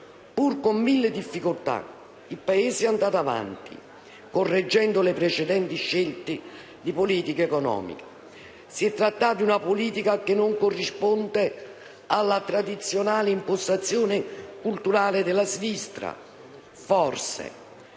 Pur con mille difficoltà, il Paese è andato avanti, correggendo le precedenti scelte di politica economica. Si è trattato di una politica che non corrisponde alla tradizionale impostazione culturale della sinistra? Forse.